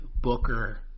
Booker